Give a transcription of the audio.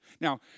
Now